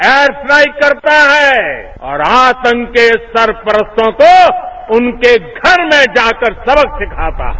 air strike करता है और आतंक के सरपरस्तों को उनके घर में जाकर सबक सिखाता है